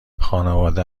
خانواده